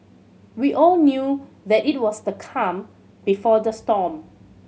we all knew that it was the calm before the storm